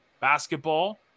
basketball